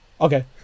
okay